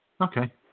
Okay